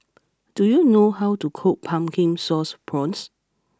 do you know how to cook Pumpkin Sauce Prawns